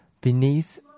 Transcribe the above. beneath